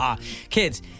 Kids